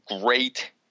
great